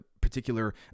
particular